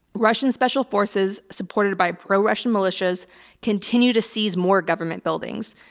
russian special forces supported by pro-russian militias continue to seize more government buildings.